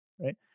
right